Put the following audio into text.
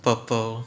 purple